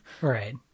Right